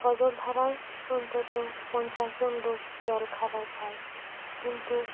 সজল ধারায় অন্তত পঞ্চাশজন লোক জল খাবার খাই কিন্তু